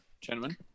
gentlemen